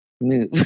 move